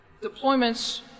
deployments